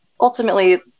ultimately